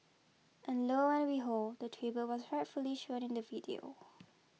and lo and behold the tribute was rightfully shown in the video